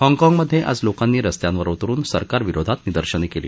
हाँगकाँगमधे आज लोकांनी रस्त्यांवर उतरुन सरकार विरोधात निदर्शनं केली